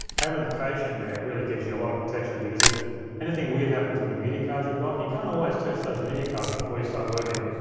havin' the cache in there really gives you a lot of protection because if anything weird happens with a media card you've got, and you can't always test those media cards before you start working,